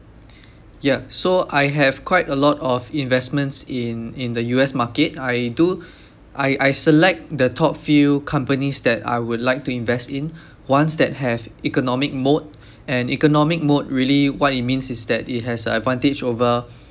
ya so I have quite a lot of investments in in the U_S market I do I I select the top few companies that I would like to invest in ones that have economic moat and economic mode really what it means is that it has an advantage over